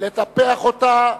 לטפח אותה,